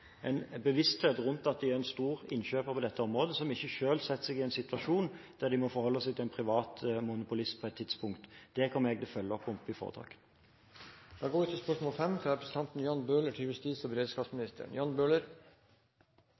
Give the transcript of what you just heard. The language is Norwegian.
en innkjøpspolitikk, en bevissthet rundt at de er en stor innkjøper på dette området, så de ikke selv setter seg i en situasjon der de på et tidspunkt må forholde seg til en privat monopolist. Det kommer jeg til å følge opp. Jeg vil gjerne få stille følgende spørsmål til justis- og beredskapsministeren: «I Innst. S. nr. 169 la Stortinget opp til